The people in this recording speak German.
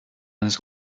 eines